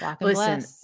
Listen